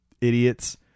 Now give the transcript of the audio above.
idiots